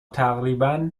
تقریبا